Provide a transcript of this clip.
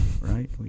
right